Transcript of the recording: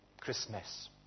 Christmas